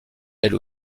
elle